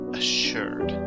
assured